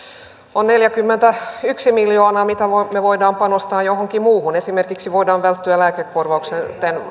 on neljäkymmentäyksi miljoonaa mitä me voimme panostaa johonkin muuhun esimerkiksi voidaan välttyä lääkekorvauksen